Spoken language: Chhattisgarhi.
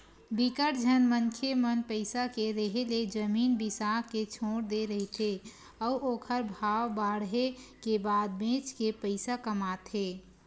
बिकट झन मनखे मन पइसा के रेहे ले जमीन बिसा के छोड़ दे रहिथे अउ ओखर भाव बाड़हे के बाद बेच के पइसा कमाथे